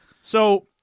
So-